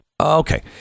Okay